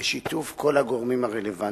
בשיתוף כל הגורמים הרלוונטיים.